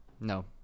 No